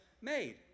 made